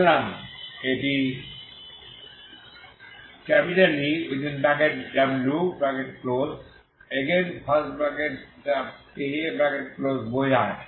সুতরাং এটি ই Ewt বোঝায়